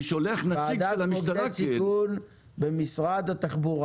אני שולח נציג --- ועדת מוקדי סיכון של משרד התחבורה?